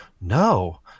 No